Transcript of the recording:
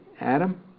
Adam